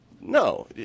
No